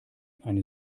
eine